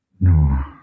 No